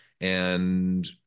and-